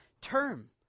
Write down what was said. term